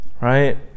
right